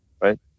right